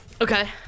Okay